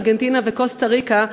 ארגנטינה וקוסטה-ריקה,